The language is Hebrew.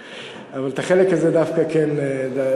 אבל את החלק הזה דווקא כן ראיתי.